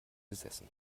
gesessen